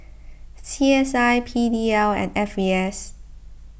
C S I P D L and F A S